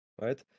right